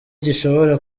gishobora